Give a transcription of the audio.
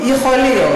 יכול להיות.